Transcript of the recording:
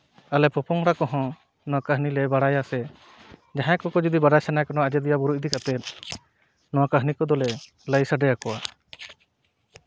ᱟᱞᱮ ᱯᱚ ᱯᱚᱝᱲᱟ ᱠᱚᱦᱚᱸ ᱚᱱᱟ ᱠᱟᱹᱦᱱᱤᱞᱮ ᱵᱟᱲᱟᱭᱟᱥᱮ ᱡᱟᱦᱟᱸᱭ ᱠᱚᱠᱚ ᱡᱩᱫᱤ ᱵᱟᱲᱟᱭ ᱥᱟᱱᱟᱭᱮᱫ ᱠᱚᱣᱟ ᱱᱚᱣᱟ ᱟᱡᱳᱫᱤᱭᱟᱹ ᱵᱩᱨᱩ ᱤᱫᱤ ᱠᱟᱛᱮᱫ ᱱᱚᱣᱟ ᱠᱟᱹᱦᱱᱤ ᱠᱚᱫᱚᱞᱮ ᱞᱟᱹᱭ ᱥᱟᱰᱮ ᱟᱠᱚᱣᱟ